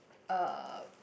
a